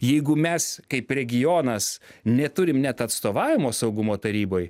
jeigu mes kaip regionas neturim net atstovavimo saugumo taryboj